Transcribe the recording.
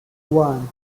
one